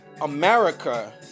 America